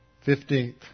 Fifteenth